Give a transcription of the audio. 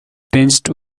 tinged